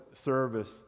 service